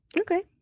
Okay